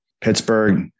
Pittsburgh